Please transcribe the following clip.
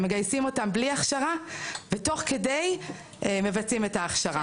הם מגייסים אותם בלי הכשרה ותוך כדי מבצעים את ההכשרה.